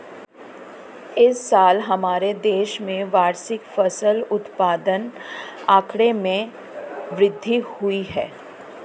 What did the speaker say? इस साल हमारे देश में वार्षिक फसल उत्पादन आंकड़े में वृद्धि हुई है